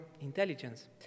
intelligence